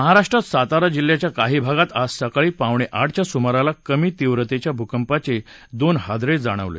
महाराष्ट्रात सातारा जिल्ह्याच्या काही भागात आज सकाळी पावणे आठच्या सुमाराला कमी तीव्रतेच्या भूकंपाचे दोन हादरे जाणवले